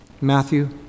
Matthew